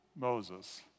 Moses